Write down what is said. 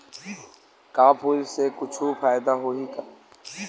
का फूल से कुछु फ़ायदा होही?